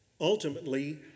Ultimately